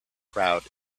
crowd